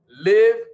live